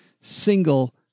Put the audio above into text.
single